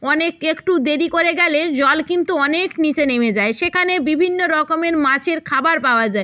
অনেক একটু দেরি করে গেলে জল কিন্তু অনেক নিচে নেমে যায় সেখানে বিভিন্ন রকমের মাছের খাবার পাওয়া যায়